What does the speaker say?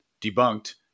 debunked